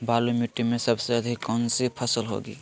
बालू मिट्टी में सबसे अधिक कौन सी फसल होगी?